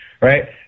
right